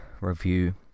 review